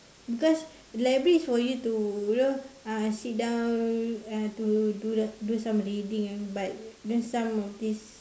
because the library is for you to you know uh sit down uh to do some reading lah but there's some of this